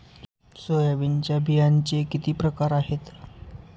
सोयाबीनच्या बियांचे किती प्रकार आहेत?